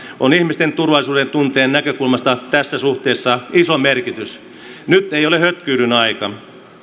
on ihmisten turvallisuudentunteen näkökulmasta tässä suhteessa iso merkitys nyt ei ole hötkyilyn aika